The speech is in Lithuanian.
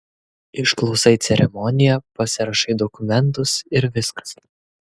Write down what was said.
išklausai ceremoniją pasirašai dokumentus ir viskas